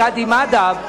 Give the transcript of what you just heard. למינוי קאדים מד'הב,